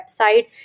website